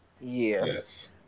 Yes